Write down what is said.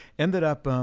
ended up,